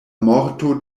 morto